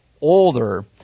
older